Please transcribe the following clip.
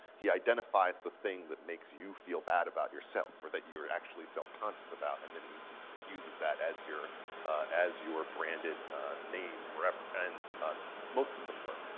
he identifies the thing that makes you feel bad about yourself or that you're actually self-conscious about, it and then he uses that as your as your branded name forever, and most of them work.